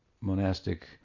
monastic